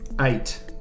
Eight